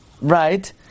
right